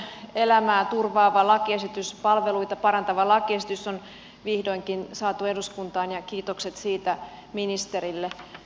ikäihmisten elämää turvaava palveluita parantava lakiesitys on vihdoinkin saatu eduskuntaan ja kiitokset siitä ministerille